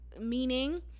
meaning